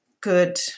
good